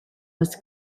was